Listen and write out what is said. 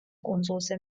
კუნძულზე